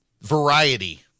variety